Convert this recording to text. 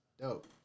Dope